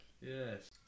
Yes